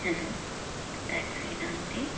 hello ట్యాక్సీనా అండి